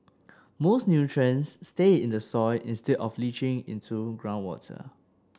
more nutrients stay in the soil instead of leaching into groundwater